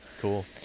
Cool